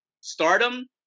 Stardom